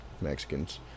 Mexicans